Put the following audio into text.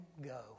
go